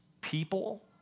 people